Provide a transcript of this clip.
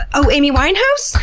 oh, amy winehouse?